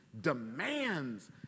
demands